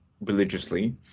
religiously